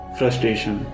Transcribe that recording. frustration